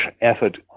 effort